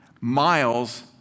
miles